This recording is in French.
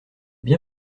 bien